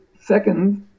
seconds